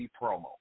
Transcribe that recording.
promo